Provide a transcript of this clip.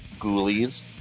Ghoulies